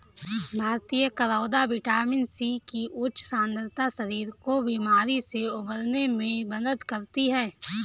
भारतीय करौदा vitamin C की उच्च सांद्रता शरीर को बीमारी से उबरने में मदद करती है